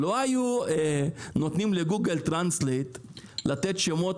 לא היו נותנים לגוגל טרנסלייט לתת שמות